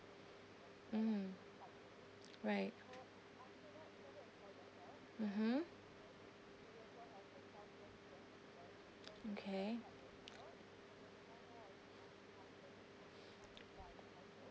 mm right mmhmm okay